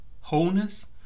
Wholeness